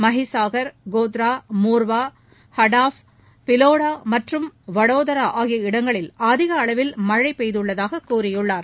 மஹிசாகர் கோத்ரா மோர்வா ஹடாஃப் பிலோடா மற்றும் வடோதரா ஆகிய இடங்களில் அதிக அளவில் மழை பெய்துள்ளதாக கூறியுள்ளார்